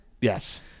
Yes